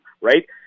right